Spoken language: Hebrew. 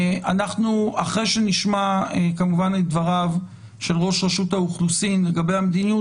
ואחרי שנשמע את דבריו של ראש רשות האוכלוסין לגבי המדיניות,